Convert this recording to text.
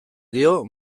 dio